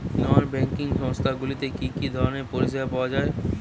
নন banking সংস্থা গুলিতে কি কি ধরনের পরিসেবা পাওয়া য়ায়?